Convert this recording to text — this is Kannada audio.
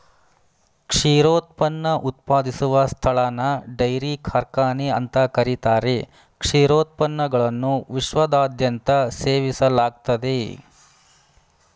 ಕ್ಷೀರೋತ್ಪನ್ನ ಉತ್ಪಾದಿಸುವ ಸ್ಥಳನ ಡೈರಿ ಕಾರ್ಖಾನೆ ಅಂತ ಕರೀತಾರೆ ಕ್ಷೀರೋತ್ಪನ್ನಗಳನ್ನು ವಿಶ್ವದಾದ್ಯಂತ ಸೇವಿಸಲಾಗ್ತದೆ